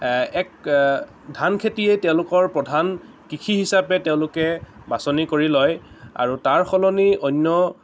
এক ধান খেতিয়ে তেওঁলোকৰ প্ৰধান কৃষি হিচাপে তেওঁলোকে বাছনি কৰি লয় আৰু তাৰ সলনি অন্য